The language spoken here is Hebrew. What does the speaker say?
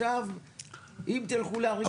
אם תלכו לאריק שרון.